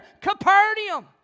Capernaum